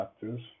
factors